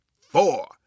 four